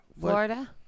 Florida